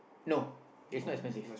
no it's not expensive